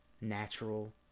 natural